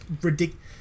ridiculous